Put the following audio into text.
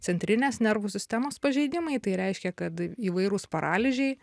centrinės nervų sistemos pažeidimai tai reiškia kad įvairūs paralyžiai